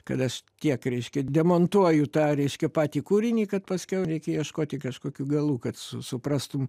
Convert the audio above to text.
kad aš tiek reiškia demontuoju tą reiškia patį kūrinį kad paskiau reikia ieškoti kažkokių galų kad su suprastum